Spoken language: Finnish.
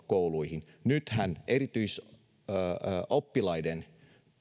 kouluihin nythän erityisoppilaiden